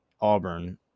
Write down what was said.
Auburn